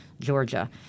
Georgia